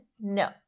No